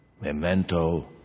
Memento